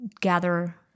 gather